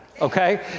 okay